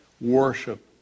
worship